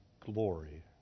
glory